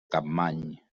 capmany